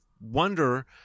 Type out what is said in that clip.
wonder